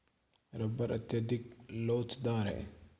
rubber अत्यधिक लोचदार है